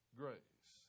grace